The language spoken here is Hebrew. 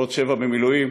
ועוד שבע במילואים,